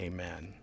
Amen